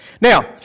Now